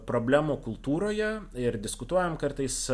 problemų kultūroj ir diskutuojam kartais